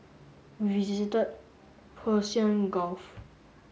we visited Persian Gulf